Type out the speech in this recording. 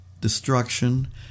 destruction